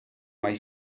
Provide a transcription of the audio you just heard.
mai